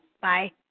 bye